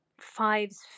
fives